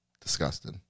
Disgusting